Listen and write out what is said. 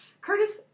Curtis